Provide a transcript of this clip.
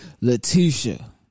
Letitia